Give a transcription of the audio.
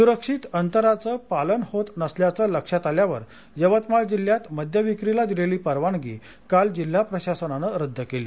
सुरक्षित अंतराचं पालन होत नसल्याचं लक्षात आल्यावर यवतमाळ जिल्ह्यात मद्यविक्रीला दिलेली परवानगी काल जिल्हा प्रशासनानं रद्द केली